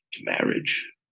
marriage